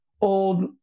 old